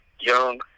Young